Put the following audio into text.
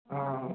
ହଁ